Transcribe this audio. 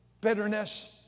bitterness